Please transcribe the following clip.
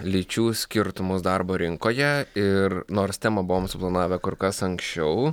lyčių skirtumus darbo rinkoje ir nors temą buvom suplanavę kur kas anksčiau